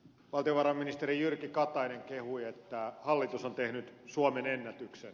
valtiovarainministeri jyrki katainen kehui että hallitus on tehnyt suomenennätyksen